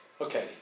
Okay